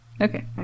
Okay